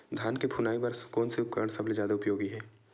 धान के फुनाई बर कोन से उपकरण सबले जादा उपयोगी हे?